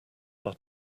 are